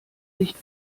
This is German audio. nicht